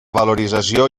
valorització